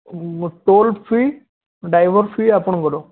toll free driver free ଆପଣଙ୍କର